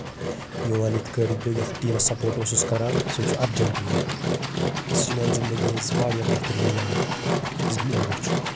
میوٚن یِتھ کٲٹھۍ بہٕ یَتھ ٹیٖمَس سَپوٹ اوسُس کَران سُہ چھُ ارجنٹینا سُہ چھُ میٲنہِ زنٛدگی ہٕنٛز واریاہ بہتریٖن یاد یُس مےٚ وٕچھ